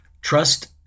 Trust